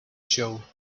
show